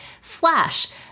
Flash